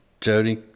Jody